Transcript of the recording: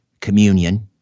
Communion